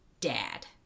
dad